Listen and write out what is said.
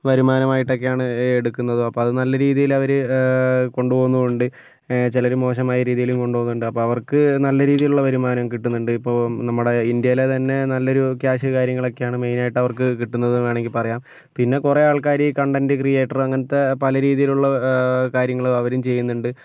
വരുമാനമായിട്ടൊക്കെയാണ് എടുക്കുന്നതും അപ്പോൾ അത് നല്ല രീതിയിൽ അവർ കൊണ്ടു പോകുന്നും ഉണ്ട് ചിലർ മോശമായ രീതിയിലും കൊണ്ട് പോവുന്നുണ്ട് അവർക്ക് നല്ല രീതിയിലുള്ള വരുമാനം കിട്ടുന്നുണ്ട് ഇപ്പോൾ നമ്മുടെ ഇന്ത്യയിലെ തന്നെ നല്ലൊരു കാശ് കാര്യങ്ങളൊക്കെയാണ് മെയ്നായിട്ട് അവർക്ക് കിട്ടുന്നത് വേണമെങ്കിൽ പറയാം പിന്നെ കുറേ ആൾക്കാർ കൺടെൻറ്റ് ക്രിയേറ്റർ അങ്ങനത്തെ പല രീതിയിലുള്ള കാര്യങ്ങൾ അവരും ചെയ്യുന്നുണ്ട്